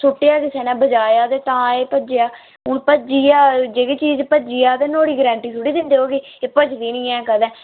सुट्टेआ किसे ने बजाया ते तां एह् भज्जेआ हून भज्जी गेआ जेह्ड़ी चीज भज्जी गेआ ते नुहाड़ी गरांटी थोह्ड़ी दिंदे रौह्गे के भज्जदी नी ऐ कदें